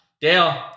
Dale